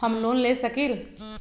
हम लोन ले सकील?